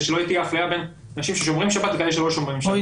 כדי שלא תהיה אפליה בין אנשים ששומרים שבת לכאלה שלא שומרים שבת.